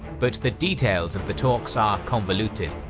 but the details of the talks are convoluted.